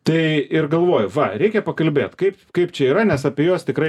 tai ir galvoju va reikia pakalbėt kaip kaip čia yra nes apie juos tikrai